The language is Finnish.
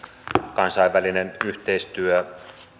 kansainvälinen yhteistyö